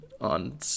on